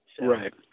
Right